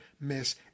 miss